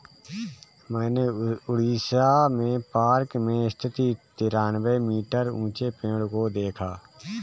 मैंने उड़ीसा में पार्क में स्थित तिरानवे मीटर ऊंचे पेड़ को देखा है